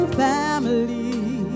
family